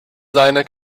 seine